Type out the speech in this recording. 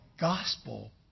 gospel